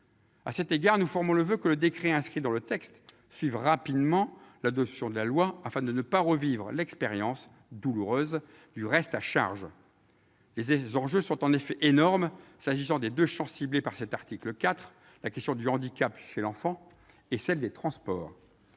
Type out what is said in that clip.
À cet égard, nous formons le voeu que le décret prévu dans le texte suive rapidement l'adoption de la loi, afin de ne pas revivre l'expérience douloureuse du reste à charge. Les enjeux sont en effet énormes en ce qui concerne les deux champs ciblés par l'article 4, à savoir la question du handicap chez l'enfant et celle du transport.